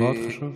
מאוד חשוב.